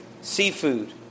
seafood